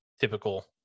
typical